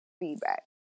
feedback